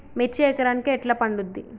మిర్చి ఎకరానికి ఎట్లా పండుద్ధి?